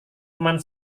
teman